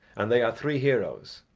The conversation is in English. and they are three heroes,